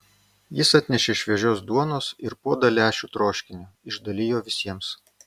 jis atnešė šviežios duonos ir puodą lęšių troškinio išdalijo visiems